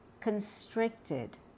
constricted